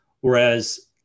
whereas